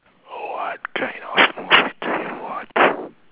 what kind of movies do you watch